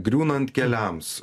griūnant keliams